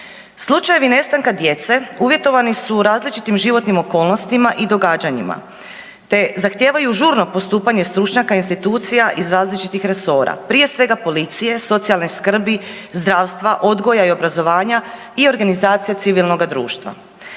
Slučajevi nestanka djece uvjetovani su različitim životnim okolnostima i događanjima te zahtijevaju žurno postupanje stručnjaka i institucija iz različitih resora. Prije svega policije, socijalne skrbi, zdravstva, odgoja i obrazovanja i organizacija civilnoga društva.